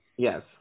Yes